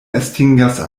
estingas